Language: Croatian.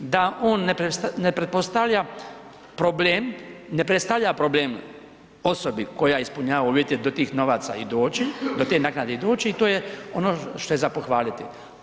Da on ne predstavlja, pretpostavlja problem, ne predstavlja problem osobi koja ispunjava uvjete do tih novaca i doći, do te naknade i doći i to je ono što je za pohvaliti.